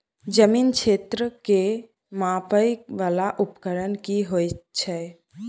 जमीन क्षेत्र केँ मापय वला उपकरण की होइत अछि?